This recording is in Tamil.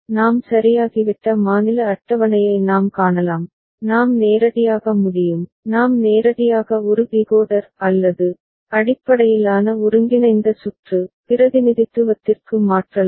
நாம் சரியாகிவிட்ட மாநில அட்டவணையை நாம் காணலாம் நாம் நேரடியாக முடியும் நாம் நேரடியாக ஒரு டிகோடர் அல்லது அடிப்படையிலான ஒருங்கிணைந்த சுற்று பிரதிநிதித்துவத்திற்கு மாற்றலாம்